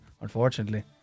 unfortunately